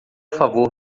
favor